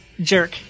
jerk